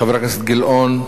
חבר הכנסת גילאון,